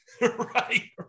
Right